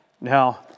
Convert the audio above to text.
Now